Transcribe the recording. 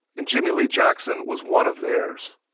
and jimmie lee jackson was one of theirs.